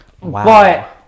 Wow